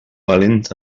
violins